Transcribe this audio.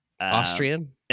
Austrian